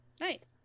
Nice